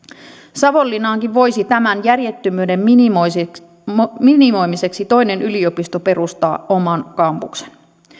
savonlinnaankin voisi tämän järjettömyyden minimoimiseksi minimoimiseksi toinen yliopisto perustaa oman kampuksen